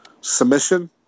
submission